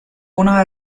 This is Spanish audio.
una